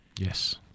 Yes